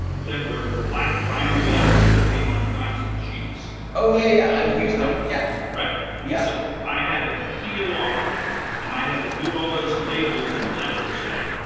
like were black vinyl letters that came on plastic sheets? oh yeah, yeah, i've used them. yeah but yeah so i had to peel off and i had to do all those labels in letraset.